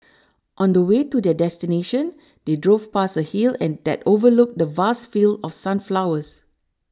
on the way to their destination they drove past a hill and that overlooked the vast fields of sunflowers